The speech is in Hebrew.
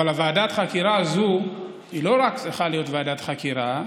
אבל ועדת החקירה הזו לא רק צריכה להיות ועדת חקירה,